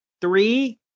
three